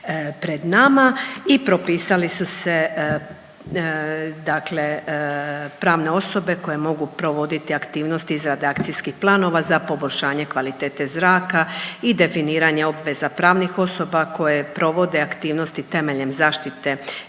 i propisali su se dakle pravne osobe koje mogu provoditi aktivnosti izrade akcijskih planova za poboljšanje kvalitete zraka i definiranje obveza pravnih osoba koje provode aktivnosti temeljem zaštite zraka